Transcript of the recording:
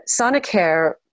Sonicare